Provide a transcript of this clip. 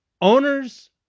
Owners